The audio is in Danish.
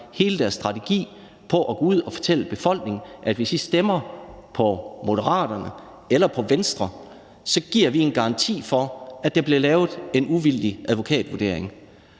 hele deres strategi på at gå ud at fortælle befolkningen: Hvis I stemmer på Moderaterne eller på Venstre, giver vi en garanti for, at der bliver lavet en uvildig advokatvurdering.